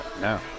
No